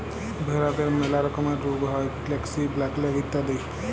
ভেরাদের ম্যালা রকমের রুগ হ্যয় ব্র্যাক্সি, ব্ল্যাক লেগ ইত্যাদি